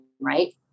right